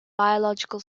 biological